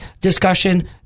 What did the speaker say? discussion